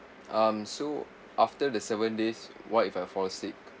um so after the seven days what if I fall sick